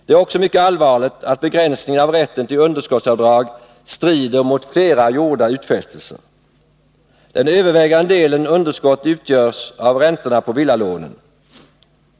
Det är också mycket allvarligt att begränsningen av rätten till underskottsavdrag strider mot flera gjorda utfästelser. Den övervägande delen underskott utgörs av räntorna på villalånen.